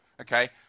Okay